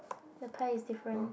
the pie is different